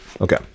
okay